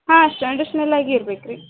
ಹಾಂ ಟ್ರಡಿಶ್ನಲಾಗಿ ಇರ್ಬೇಕು ರೀ